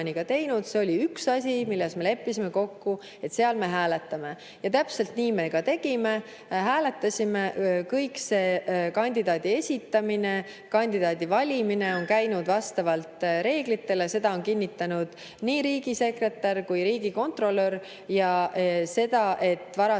See oli üks asi, milles me leppisime kokku, et seal me hääletame, ja täpselt nii me ka tegime. Me hääletasime. Kõik see kandidaadi esitamine, kandidaadi valimine on käinud vastavalt reeglitele, seda on kinnitanud nii riigisekretär kui riigikontrolör. Jah, varasemalt